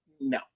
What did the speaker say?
No